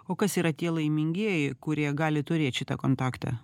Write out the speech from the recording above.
o kas yra tie laimingieji kurie gali turėti šitą kontaktą